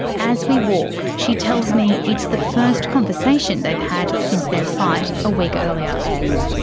as we walk she tells me it's the first conversation they've had since their fight a week earlier. and